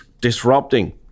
disrupting